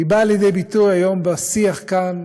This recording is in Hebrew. והיא באה לידי ביטוי היום בשיח כאן,